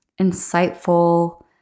insightful